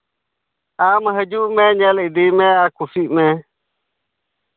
ᱟᱢ ᱦᱤᱡᱩᱜ ᱢᱮ ᱧᱮᱞ ᱤᱫᱤᱜ ᱢᱮ ᱟᱨ ᱠᱩᱥᱤᱜ ᱢᱮ